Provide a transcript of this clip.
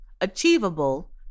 achievable